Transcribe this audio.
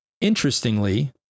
interestingly